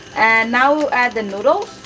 and now add the noodles